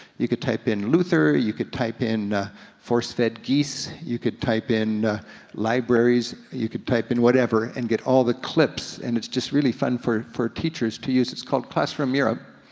you could type in luther, you could type in force-fed geese, you could type in libraries, you could type in whatever and get all the clips, and it's just really fun for for teachers to use. it's called classroom europe.